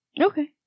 Okay